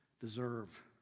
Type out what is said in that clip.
deserve